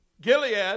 Gilead